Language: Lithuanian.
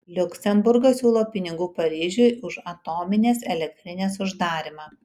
liuksemburgas siūlo pinigų paryžiui už atominės elektrinės uždarymą